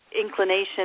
inclination